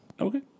Okay